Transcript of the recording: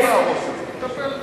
לא נהרוס את זה, נטפל בזה.